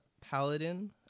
paladin